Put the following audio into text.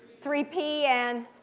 three p and?